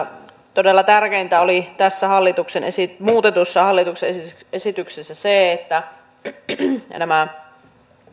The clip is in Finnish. todella tärkeintä oli tässä muutetussa hallituksen esityksessä se että